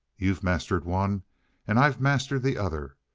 you've mastered one and i've mastered the other.